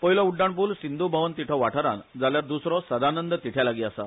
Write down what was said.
पयलो उड्डाण पूल सिंधू भवन तिठो वाठारान जाल्यार दुसरो सदानंद तिळ्यालागी आसा